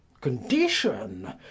Condition